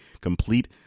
complete